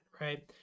right